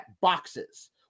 boxes